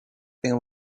been